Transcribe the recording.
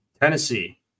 Tennessee